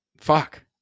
fuck